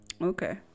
Okay